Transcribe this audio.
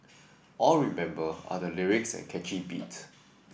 all we remember are the lyrics and catchy beat